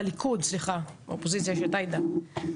בליכוד, סליחה, באופוזיציה יש את עאידה.